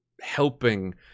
helping